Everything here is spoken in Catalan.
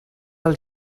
del